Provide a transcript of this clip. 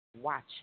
watching